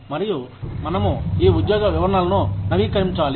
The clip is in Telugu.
మరియు మనము ఈ ఉద్యోగ వివరణలను నవీకరించాలి